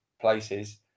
places